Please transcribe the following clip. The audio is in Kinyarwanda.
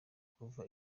kuva